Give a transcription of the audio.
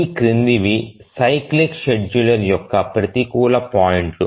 ఈ క్రిందివి cyclic scheduler యొక్క ప్రతికూల పాయింట్లు